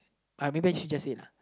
uh maybe I should just say it uh